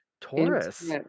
Taurus